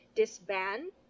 disband